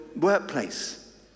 workplace